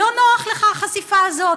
לא נוחה לך החשיפה הזאת,